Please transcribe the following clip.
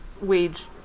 wage